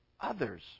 others